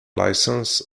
license